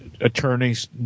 attorneys